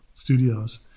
studios